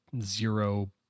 zero